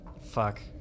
fuck